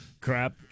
crap